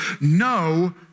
no